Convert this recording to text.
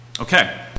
Okay